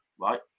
right